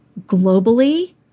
globally